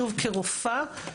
שוב כרופאה,